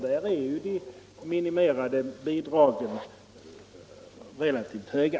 Där är de minimerade bidragen relativt höga.